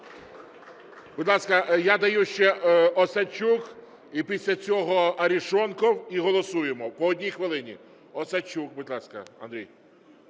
Будь ласка, я даю ще – Осадчук і після цього Арешонков, і голосуємо, по одній хвилині. Осадчук, будь ласка, Андрій.